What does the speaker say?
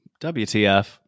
WTF